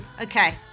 okay